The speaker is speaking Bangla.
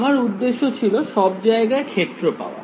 আমার উদ্দেশ্য ছিল সব জায়গায় ক্ষেত্র পাওয়া